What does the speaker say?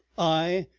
i,